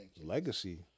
legacy